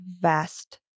vast